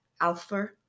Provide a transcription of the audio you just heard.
alpha